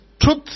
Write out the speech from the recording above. truth